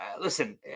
listen